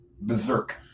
Berserk